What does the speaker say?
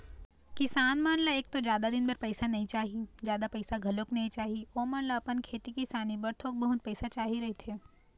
किसान मन ल एक तो जादा दिन बर पइसा नइ चाही, जादा पइसा घलोक नइ चाही, ओमन ल अपन खेती किसानी बर थोक बहुत पइसा चाही रहिथे